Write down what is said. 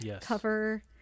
cover